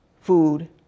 food